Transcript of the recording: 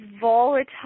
volatile